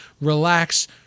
Relax